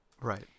Right